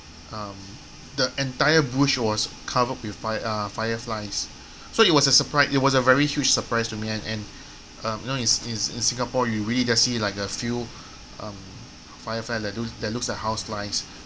um the entire bush was covered with fire~ uh fireflies so it was a supri~ it was a very huge surprise to me and and um know is is in Singapore you really just see like the few um fireflies that looks that looks like houseflies